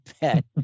bet